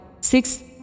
six